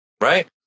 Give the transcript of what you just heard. Right